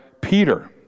Peter